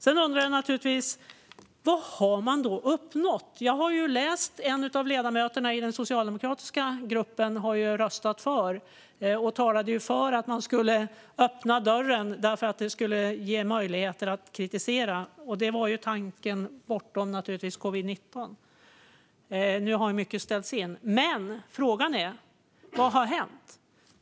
Sedan undrar jag naturligtvis: Vad har man uppnått? Jag har läst att en av ledamöterna i den socialdemokratiska gruppen har röstat för och talat för att man skulle öppna dörren därför att det skulle ge möjligheter att kritisera. Detta var tanken före covid-19, naturligtvis - nu har mycket ställts in. Men frågan är: Vad har hänt?